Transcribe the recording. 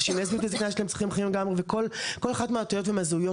נשים לסביות הזקנה יש להן צרכים אחרים לגמרי וכל אחת מהאותיות והזהויות